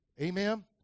Amen